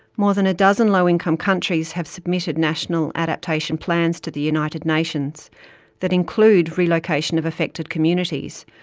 more than a dozen low-income countries have submitted national adaptation plans to the united nations that include relocation of affected communities.